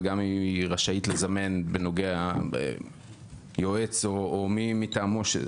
וגם היא רשאית לזמן יועץ או מי מטעמו,